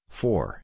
four